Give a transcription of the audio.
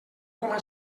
com